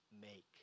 make